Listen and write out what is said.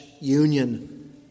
union